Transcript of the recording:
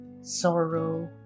sorrow